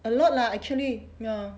a lot lah actually ya